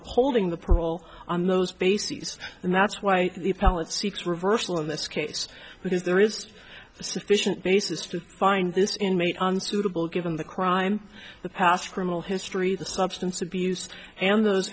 upholding the parole on those bases and that's why the pilot seeks reversal in this case because there is sufficient basis to find this inmate unsuitable given the crime the past criminal history the substance abuse and those